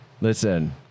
Listen